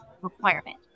requirement